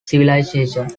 civilization